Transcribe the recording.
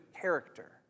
character